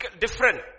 different